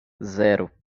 zero